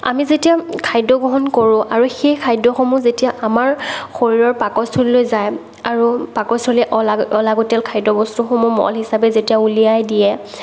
আমি যেতিয়া খাদ্য গ্ৰহণ কৰোঁ আৰু সেই খাদ্যসমূহ যেতিয়া আমাৰ শৰীৰৰ পাকস্থলীলৈ যায় আৰু পাকস্থলীৰ অলাগতীয়াল খাদ্যবস্তুসমূহ মল হিচাপে যেতিয়া উলিয়াই দিয়ে